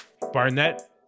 Barnett